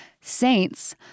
saints